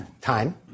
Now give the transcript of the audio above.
time